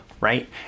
right